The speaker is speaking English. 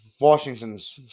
Washington's